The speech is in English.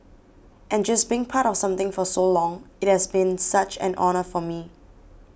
and just being part of something for so long it has been such an honour for me